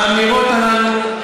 האמירות הללו,